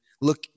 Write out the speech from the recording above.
look